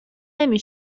نمی